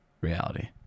reality